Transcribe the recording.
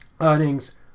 earnings